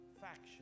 faction